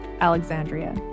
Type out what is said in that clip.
Alexandria